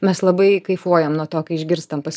mes labai kaifuojam nuo to kai išgirstam pas